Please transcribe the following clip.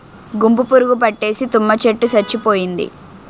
గుంపు పురుగు పట్టేసి తుమ్మ చెట్టు సచ్చిపోయింది